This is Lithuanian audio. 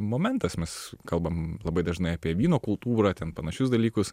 momentas mes kalbam labai dažnai apie vyno kultūrą ten panašius dalykus